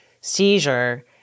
seizure